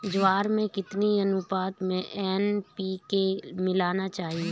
ज्वार में कितनी अनुपात में एन.पी.के मिलाना चाहिए?